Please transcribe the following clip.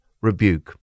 rebuke